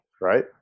right